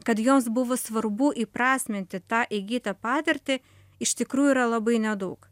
kad jos buvo svarbu įprasminti tą įgytą patirtį iš tikrųjų yra labai nedaug